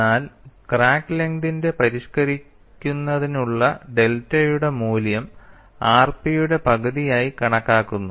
എന്നാൽ ക്രാക്ക് ലെങ്തിന്റെ പരിഷ്ക്കരിക്കുന്നതിനുള്ള ഡെൽറ്റയുടെ മൂല്യം rp യുടെ പകുതിയായി കണക്കാക്കുന്നു